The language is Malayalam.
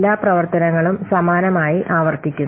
എല്ലാ പ്രവർത്തനങ്ങളും സമാനമായി ആവർത്തിക്കുന്നു